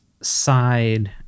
side